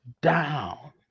down